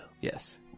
yes